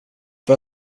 för